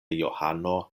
johano